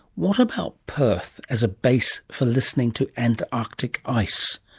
what about perth as a base for listening to antarctic ice?